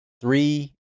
three